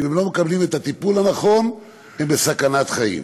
אם הם לא מקבלים את הטיפול הנכון, הם בסכנת חיים.